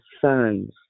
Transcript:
sons